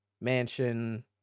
mansion